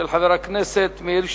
של חבר הכנסת מאיר שטרית,